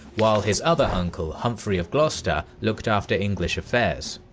while his other uncle humphrey of gloucester looked after english affairs.